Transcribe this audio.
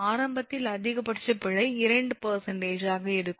ஆரம்பத்தில் அதிகபட்ச பிழை 2 இருக்கும்